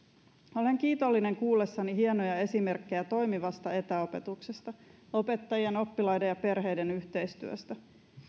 olen kiitollinen kuullessani hienoja esimerkkejä toimivasta etäopetuksesta opettajan oppilaiden ja perheiden yhteistyöstä